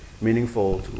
meaningful